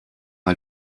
mal